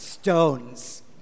Stones